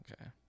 Okay